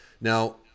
Now